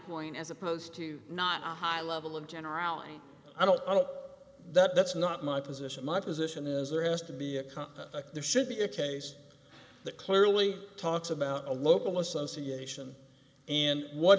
point as opposed to not a high level of generality i don't know that that's not my position my position is there has to be there should be a case that clearly talks about a local association and what